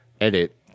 Edit